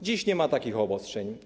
Dziś nie ma takich obostrzeń.